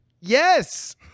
Yes